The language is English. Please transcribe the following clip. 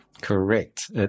Correct